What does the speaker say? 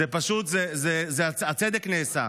פשוט הצדק נעשה.